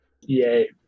Yay